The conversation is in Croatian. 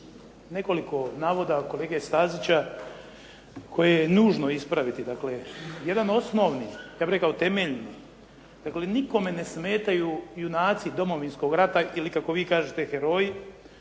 nekoliko navoda kolege Stazića koje je nužno ispraviti. Dakle, jedan osnovni ja bih rekao temeljni, tako da nikome ne smetaju junaci Domovinskog rata ili kako vi kažete heroji,